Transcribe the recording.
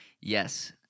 Yes